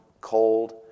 cold